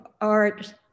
art